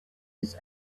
its